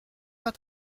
pas